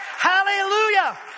hallelujah